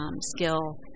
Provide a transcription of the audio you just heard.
skill